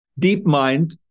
DeepMind